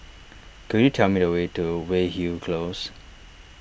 could you tell me the way to Weyhill Close